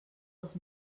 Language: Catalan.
els